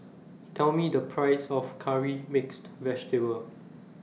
Tell Me The Price of Curry Mixed Vegetable